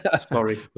Sorry